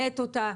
מאט אותה,